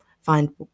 find